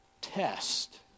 test